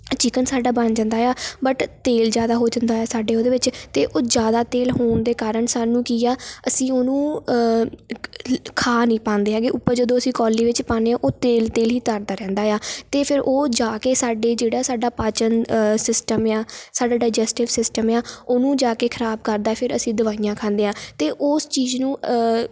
chicken ਸਾਡਾ ਬਣ ਜਾਂਦਾ ਆ ਬਟ ਤੇਲ ਜ਼ਿਆਦਾ ਹੋ ਜਾਂਦਾ ਹੈ ਸਾਡੇ ਉਹਦੇ ਵਿੱਚ ਅਤੇ ਉਹ ਜ਼ਿਆਦਾ ਤੇਲ ਹੋਣ ਦੇ ਕਾਰਨ ਸਾਨੂੰ ਕੀ ਆ ਅਸੀਂ ਉਹਨੂੰ ਖਾ ਨਹੀਂ ਪਾਉਂਦੇ ਹੈਗੇ ਉੱਪਰ ਜਦੋਂ ਅਸੀਂ ਕੋਲੀ ਵਿੱਚ ਪਾਉਂਦੇ ਹਾਂ ਉਹ ਤੇਲ ਤੇਲ ਹੀ ਤਰਦਾ ਰਹਿੰਦਾ ਆ ਅਤੇ ਫਿਰ ਉਹ ਜਾ ਕੇ ਸਾਡੇ ਜਿਹੜਾ ਸਾਡਾ ਪਾਚਨ ਸਿਸਟਮ ਆ ਸਾਡਾ ਡਾਈਜਸਟਿਵ ਸਿਸਟਮ ਆ ਉਹਨੂੰ ਜਾ ਕੇ ਖ਼ਰਾਬ ਕਰਦਾ ਹੈ ਫਿਰ ਅਸੀਂ ਦਵਾਈਆਂ ਖਾਂਦੇ ਹਾਂ ਅਤੇ ਉਸ ਚੀਜ਼ ਨੂੰ